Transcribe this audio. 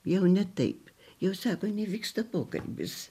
jau ne taip jose nevyksta pokalbis